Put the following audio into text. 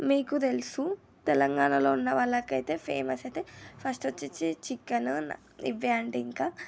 మీకు తెలుసు తెలంగాణలో ఉన్న వాళ్ళకైతే ఫేమస్ అయితే ఫస్ట్ వచ్చేసి చికెను ఇవే అండి ఇంకా